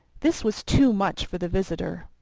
this was too much for the visitor.